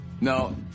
No